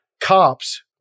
cops